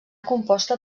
composta